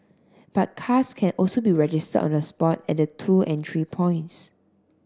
but cars can also be registered on the spot at the two entry points